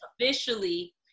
officially